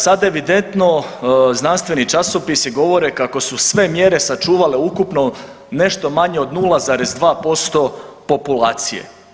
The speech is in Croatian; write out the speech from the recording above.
Sada je evidentno, znanstveni časopisi govore kako su sve mjere sačuvale ukupno nešto manje od 0,2% populacije.